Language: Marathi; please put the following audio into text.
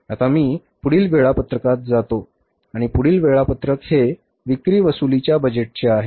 आता मी पुढील वेळापत्रकात जातो आणि पुढील वेळापत्रक हे विक्री वसुलीच्या बजेटचे आहे